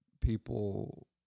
people